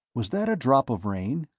was that a drop of rain?